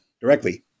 directly